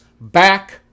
back